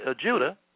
Judah